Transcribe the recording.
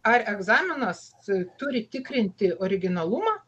ar egzaminas turi tikrinti originalumą